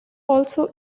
also